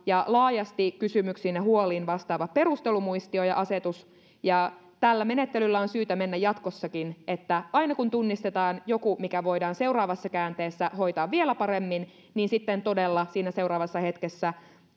ja laajasti kysymyksiin ja huoliin vastaava perustelumuistio ja asetus tällä menettelyllä on syytä mennä jatkossakin että aina kun tunnistetaan joku mikä voidaan seuraavassa käänteessä hoitaa vielä paremmin niin sitten todella siinä seuraavassa hetkessä